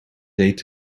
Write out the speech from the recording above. deed